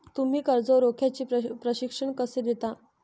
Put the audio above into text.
तुम्ही कर्ज रोख्याचे प्रशिक्षण कसे देता?